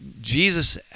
Jesus